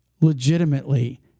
legitimately